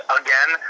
again